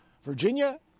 Virginia